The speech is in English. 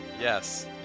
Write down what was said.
yes